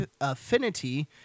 affinity